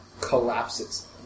collapses